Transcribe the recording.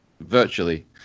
virtually